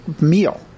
meal